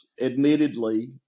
admittedly